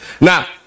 now